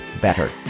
better